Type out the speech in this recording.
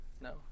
No